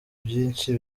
byinshi